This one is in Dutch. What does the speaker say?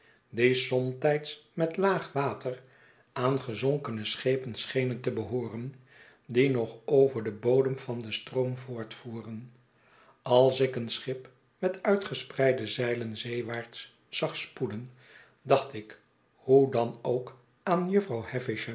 die somtyds met laag water aan gezonkene schepen schenen te behooren die nog over den bodem van den stroom voortvoeren als ik een schip met uitgespreide zeiien zeewaarts zag spoeden dacht ik hoe dan ook aan jufvrouw